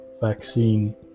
vaccine